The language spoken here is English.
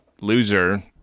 loser